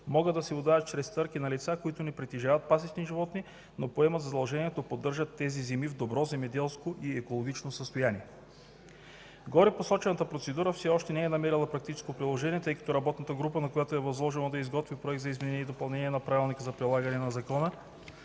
могат да се отдават чрез търг и на лица, които не притежават пасищни животни, но поемат задължението да поддържат тези земи в добро земеделско и екологично състояние. Горепосочената процедура все още не е намерила практическо приложение, тъй като работната група, на която е възложено да изготви Проект за изменение и допълнение на Правилника за прилагане на Закона